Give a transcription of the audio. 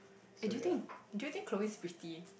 eh do you think do you think Chloe is pretty